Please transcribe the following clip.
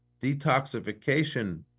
detoxification